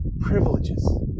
privileges